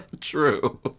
True